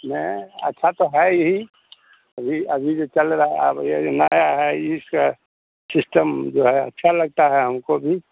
नहीं अच्छा तो है ही अभी अभी जो चल रहा है अब यह जो नया है इसका सिस्टम जो है अच्छा लगता है हमको भी